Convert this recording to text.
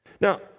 Now